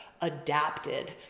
adapted